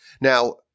Now